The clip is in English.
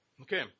Okay